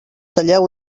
talleu